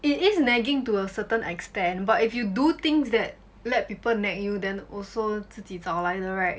it is nagging to a certain extent but if you do things that let people nag you then also 自己找来的 right